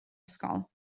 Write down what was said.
ysgol